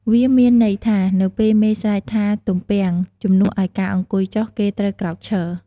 វាមានន័យថា នៅពេលមេស្រែកថា "ទំពាំង" ជំនួយឱ្យការអង្គុយចុះ គេត្រូវក្រោកឈរ។